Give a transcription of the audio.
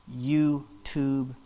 YouTube